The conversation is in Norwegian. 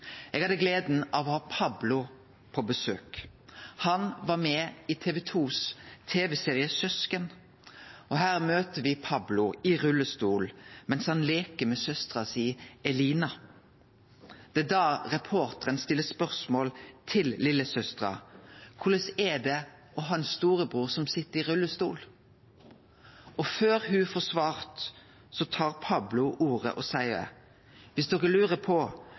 Eg hadde gleda av å ha Pablo på besøk. Han var med i tv-serien Søsken på TV 2. Her møter me Pablo i rullestol mens han leiker med søstera si, Elina. Det er da reporteren stiller spørsmålet til veslesøstera: «Korleis er det å ha ein storebror som sit i rullestol?» Før ho får svart, tar Pablo ordet og seier: «Viss de lurer på